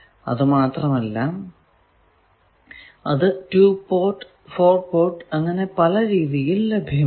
അത് മാത്രമല്ല അത് 2 പോർട്ട് 4 പോർട്ട് അങ്ങനെ പല രീതിയിൽ ലഭ്യമാണ്